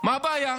מה הבעיה?